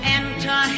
enter